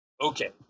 Okay